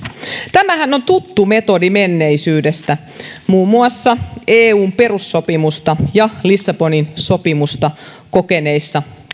tämähän on tuttu metodi menneisyydestä muun muassa eun perussopimusta ja lissabonin sopimusta koskeneista